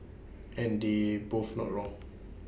and they're both not wrong